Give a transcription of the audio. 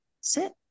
sit